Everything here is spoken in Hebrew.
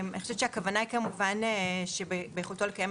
אני חושבת שהכוונה היא לכך שביכולתו לקיים